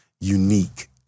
unique